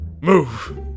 move